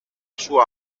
sua